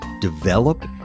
develop